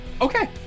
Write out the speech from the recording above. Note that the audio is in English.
Okay